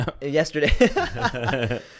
yesterday